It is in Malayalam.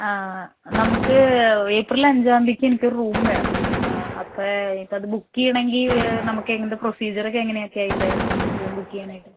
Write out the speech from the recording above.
ആ നമുക്ക് ഏപ്രിൽ അഞ്ചാന്തീക്ക് എനിക്കൊരു റൂം വേണം അപ്പോൾ ഇപ്പമത് ബുക്ക് ചെയ്യണെങ്കിൽ നമുക്കെങ്ങനെ പ്രൊസീജ്യറൊക്കെ എങ്ങനെയൊക്കെയാതിൻ്റെ റൂം ബുക്ക് ചെയ്യണതൊക്കെ